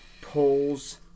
pulls